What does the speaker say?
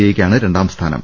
ഐയ്ക്കാണ് രണ്ടാം സ്ഥാനം